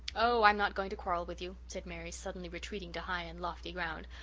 oh, i'm not going to quarrel with you, said mary, suddenly retreating to high and lofty ground.